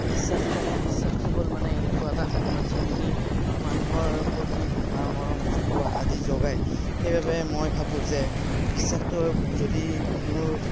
বিশ্বাস মানে বিশ্বাসটো হ'ল মানে এনেকুৱা এটা সময় যি নিকি মানুহৰ প্ৰতি ভাৱ মৰম ভালপোৱা আদি জগাই সেইবাবে মই ভাবো যে বিশ্বাসটোৱে যদি মোৰ